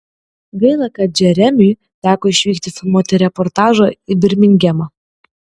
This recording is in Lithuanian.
gaila kad džeremiui teko išvykti filmuoti reportažo į birmingemą